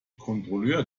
kontrolleur